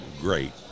great